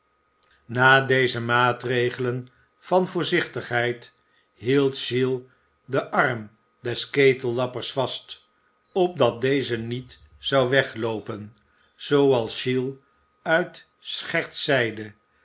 na deze maatregelen van voorzichtigheid hield oiles den arm des ketellappers vast opdat deze niet zou wegloopen zooals oiles uit scherts zeide